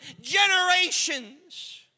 generations